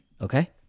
Okay